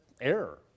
error